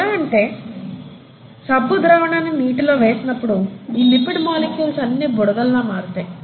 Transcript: ఇది ఎలా అంటే సబ్బు ద్రావణాన్ని నీటిలో వేసినప్పుడు ఈ లిపిడ్ మాలిక్యూల్స్ అన్నీ బుడగల్లా మారుతాయి